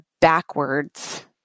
backwards